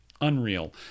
Unreal